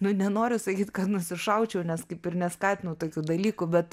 nu nenoriu sakyt kad nusišaučiau nes kaip ir neskatinu tokių dalykų bet